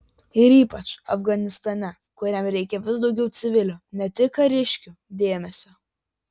ir ypač afganistane kuriam reikia vis daugiau civilių ne tik kariškių dėmesio